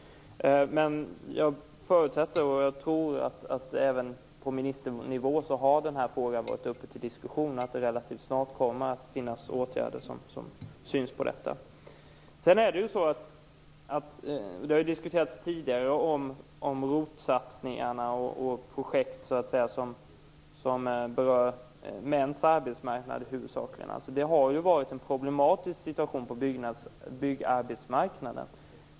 Jag förutsätter att den här frågan har varit uppe till diskussion på ministernivå och att det relativt snart kommer synliga åtgärder på området. Man har tidigare diskuterat ROT-satsningar och andra projekt som huvudsakligen berör män på arbetsmarknaden. Det har varit en problematisk situation på byggarbetsmarknaden.